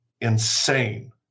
insane